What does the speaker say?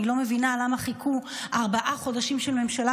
אני לא מבינה למה חיכו ארבעה חודשים של ממשלה